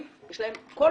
יש להם את ההורים,